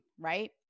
right